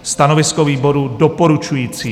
Stanovisko výboru: doporučující.